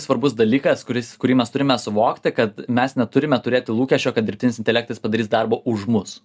svarbus dalykas kuris kurį mes turime suvokti kad mes neturime turėti lūkesčio kad dirbtinis intelektas padarys darbą už mus